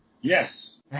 Yes